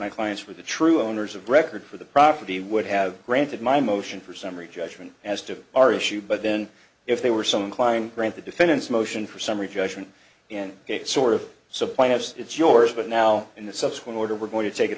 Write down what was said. my clients with the true owners of record for the property would have granted my motion for summary judgment as to our issue but then if they were so inclined grant the defendant's motion for summary judgment and sort of supplants it's yours but now in the subsequent order we're going to take it